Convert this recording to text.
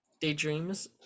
daydreams